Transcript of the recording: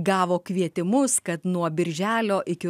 gavo kvietimus kad nuo birželio iki